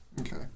Okay